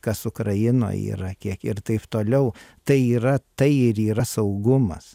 kas ukrainoj yra kiek ir taip toliau tai yra tai ir yra saugumas